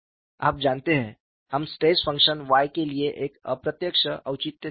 आप जानते हैं हम स्ट्रेस फ़ंक्शन Y के लिए एक अप्रत्यक्ष औचित्य चाहते हैं